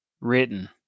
written